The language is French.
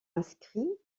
inscrit